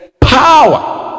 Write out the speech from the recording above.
power